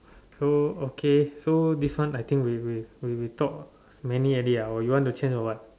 so okay so this one I think we we we talk many already ah or you want to change or what